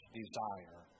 desire